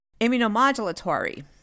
Immunomodulatory